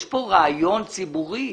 יש כאן רעיון ציבורי.